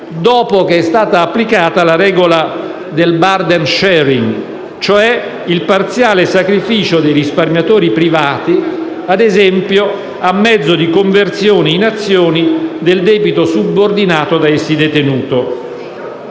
dopo che è stata applicata la regola del *burden sharing*, e cioè il parziale sacrificio dei risparmiatori privati, a mezzo - ad esempio - di conversione in azioni del debito subordinato da essi detenuto.